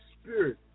spirit